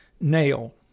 NAIL